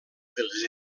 pels